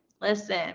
Listen